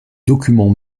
documents